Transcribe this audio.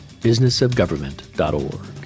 businessofgovernment.org